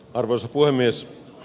arvoisa puhemies